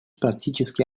практически